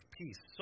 peace